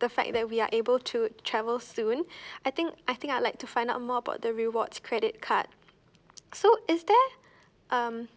the fact that we are able to travel soon I think I think I like to find out more about the rewards credit card so is there um